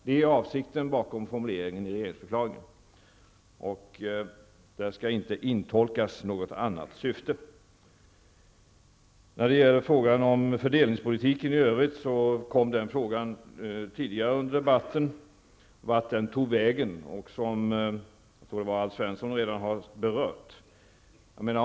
Det är avsikten bakom formuleringen i regeringsförklaringen, och där skall inte intolkas något annat syfte. Frågan om fördelningspolitiken i övrigt kom upp tidigare under debatten, och Alf Svensson har berört den.